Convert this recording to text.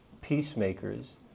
peacemakers